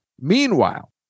Meanwhile